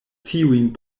tiujn